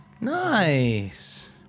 Nice